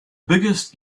biggest